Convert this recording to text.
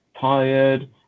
tired